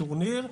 טורניר,